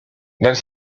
dans